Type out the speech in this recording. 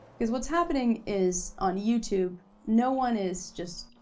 cause what's happening is on youtube, no one is just,